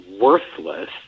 worthless